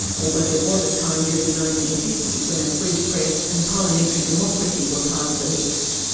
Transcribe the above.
although there was a time during the nineteen fifty s when a free press and parliamentary democracy were part of the mix.